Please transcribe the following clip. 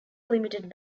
limited